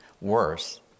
worse